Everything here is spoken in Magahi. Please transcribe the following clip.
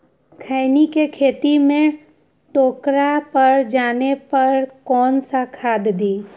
खैनी के खेत में ठोकरा पर जाने पर कौन सा खाद दी?